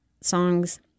songs